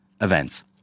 events